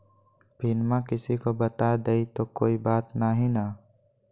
पिनमा किसी को बता देई तो कोइ बात नहि ना?